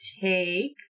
take